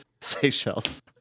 Seychelles